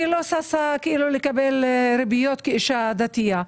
אני לא ששה כאילו לקבל ריביות כאישה דתייה.